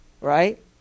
right